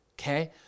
okay